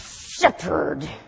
shepherd